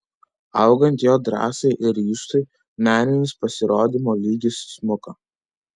augant jo drąsai ir ryžtui meninis pasirodymo lygis smuko